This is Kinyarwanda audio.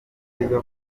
byiza